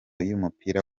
y’umupira